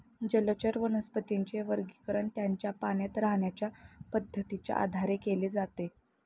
जलचर वनस्पतींचे वर्गीकरण त्यांच्या पाण्यात राहण्याच्या पद्धतीच्या आधारे केले जाते